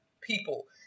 people